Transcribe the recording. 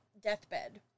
deathbed